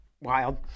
wild